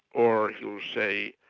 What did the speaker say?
or he'll say,